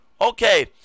Okay